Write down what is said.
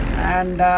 and